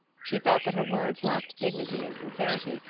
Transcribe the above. she felt that her words lacked dignity and sincerity,